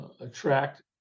attract